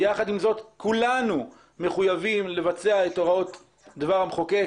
אבל יחד עם זאת כולנו מחויבים לבצע את הוראות דבר המחוקק.